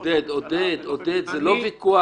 עודד, זה לא ויכוח.